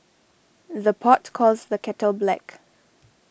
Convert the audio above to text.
the pot calls the kettle black